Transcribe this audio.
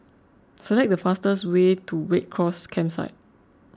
select the fastest way to Red Cross Campsite